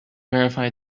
verify